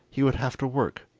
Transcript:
he would have to work,